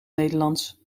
nederlands